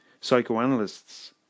Psychoanalysts